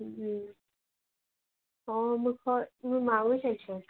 ହୁଁ ହଁ ମୁଁ ମୋ ମାଇସୀ ଅଛନ୍